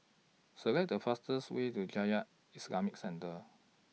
Select The fastest Way to Jamiyah Islamic Centre